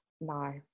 No